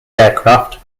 aircraft